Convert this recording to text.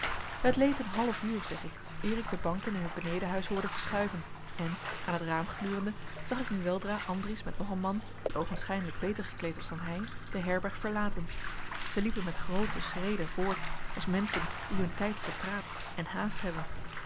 het leed een half uur zeg ik eer ik de banken in het benedenhuis hoorde verschuiven en aan het raam glurende zag ik nu weldra andries met nog een man die oogenschijnlijk beter gekleed was dan hij de herberg verlaten zij liepen met groote schreden voort als menschen die hun tijd verpraat en haast hebben